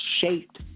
shaped